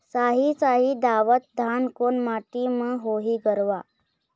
साही शाही दावत धान कोन माटी म होही गरवा?